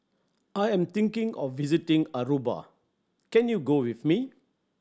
I am thinking of visiting Aruba can you go with me